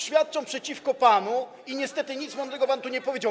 Świadczą przeciwko panu i niestety nic mądrego pan nie powiedział.